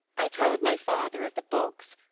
i told my father of the bogs,